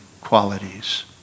qualities